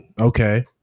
Okay